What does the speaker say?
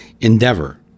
endeavor